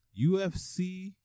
ufc